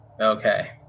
Okay